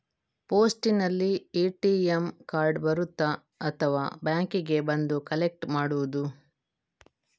ಪೋಸ್ಟಿನಲ್ಲಿ ATM card ಬರುತ್ತಾ ಅಥವಾ ಬ್ಯಾಂಕಿಗೆ ಬಂದು ಕಲೆಕ್ಟ್ ಮಾಡುವುದು?